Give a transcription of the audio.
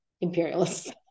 imperialist